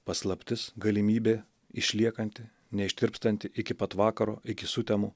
paslaptis galimybė išliekanti neištirpstanti iki pat vakaro iki sutemų